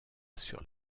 sur